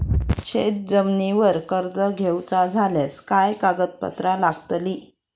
शेत जमिनीवर कर्ज घेऊचा झाल्यास काय कागदपत्र लागतली?